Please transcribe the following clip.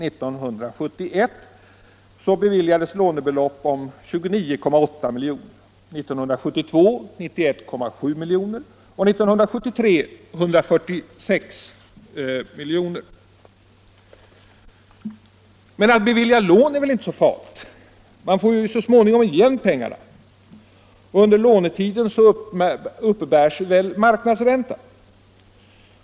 1971 beviljades lånebelopp om 29,8 miljoner, 1972 beviljades 91,7 miljoner och 1973 beviljades 146 miljoner. Men att bevilja lån är väl inte så farligt? Man får ju så småningom igen pengarna, och under lånetiden uppbärs väl marknadsränta?